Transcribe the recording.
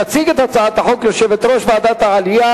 תציג את הצעת החוק יושבת-ראש ועדת העלייה,